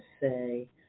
say